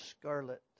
scarlet